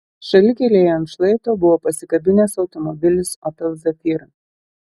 šalikelėje ant šlaito buvo pasikabinęs automobilis opel zafira